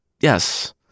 yes